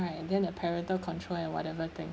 right then the parental control and whatever thing